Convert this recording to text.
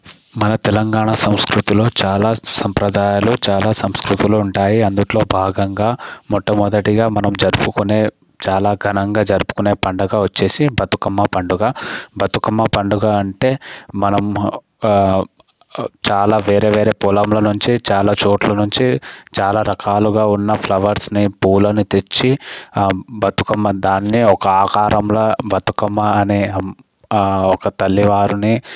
మన తెలంగాణ సంస్కృతిలో చాలా సంప్రదాయాలు చాలా సంస్కృతులు ఉంటాయి అందుట్లో భాగంగా మొట్టమొదటిగా మనం జరుపుకునే చాలా ఘనంగా జరుపుకునే పండుగ వచ్చేసి బతుకమ్మ పండుగ బతుకమ్మ పండుగ అంటే మనం చాలా వేరే వేరే పొలంలో నుంచి చాలా చోట్ల నుంచి చాలా రకాలుగా ఉన్న ఫ్లవర్స్ని పూలను తెచ్చి బతుకమ్మ దాన్నే ఒక ఆకారంలో బతుకమ్మ అనే ఒక తల్లి వారిని